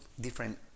different